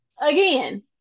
Again